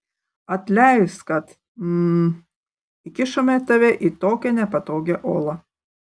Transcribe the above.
atleisk kad hm įkišome tave į tokią nepatogią olą